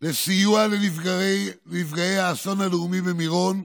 לסיוע לנפגעי האסון הלאומי במירון,